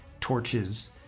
torches